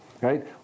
right